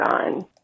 on